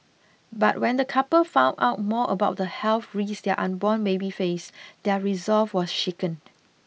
but when the couple found out more about the health risk their unborn baby faced their resolve was shaken